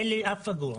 אין לי אף אגורה.